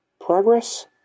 progress